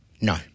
no